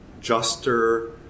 juster